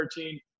13